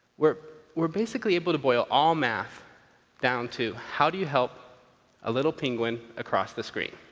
were were basically able to boil all math down to how do you help a little penguin across the screen?